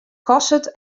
kostet